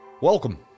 Welcome